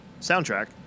soundtrack